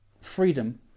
freedom